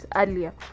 earlier